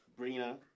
Brina